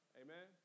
amen